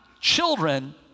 children